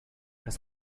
des